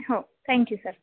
हो thank you sir